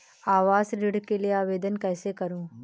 आवास ऋण के लिए आवेदन कैसे करुँ?